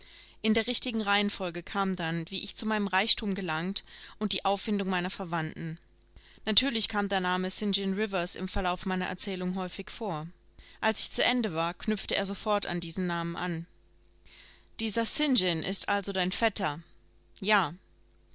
in der richtigen reihenfolge kam dann wie ich zu meinem reichtum gelangt und die auffindung meiner verwandten natürlich kam der name st john rivers im verlauf meiner erzählung häufig vor als ich zu ende war knüpfte er sofort an diesen namen an dieser st john ist also dein vetter ja